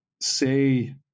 say